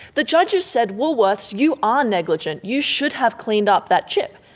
the judges said woolworths, you are negligent, you should have cleaned up that chip.